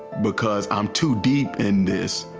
because i'm too deep in this